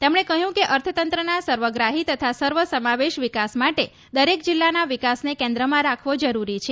તેમણે કહ્યું કે અર્થતંત્રના સર્વગ્રાહી તથા સર્વસમાવેશ વિકાસ માટે દરેક જિલ્લાના વિકાસને કેન્દ્રમાં રાખવો જરૂરી છે